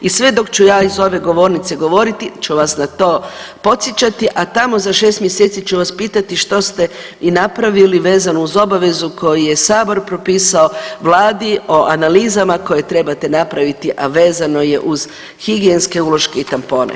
I sve dok ću iz ove govornice govoriti ću vas na to podsjećati, a tamo za 6 mjeseci ću vas pitati što ste i napravili vezano uz obavezu koju je sabor propisao vladi o analizama koje trebate napraviti, a vezano je uz higijenske uloške i tampone.